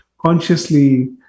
consciously